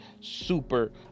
super